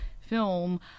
film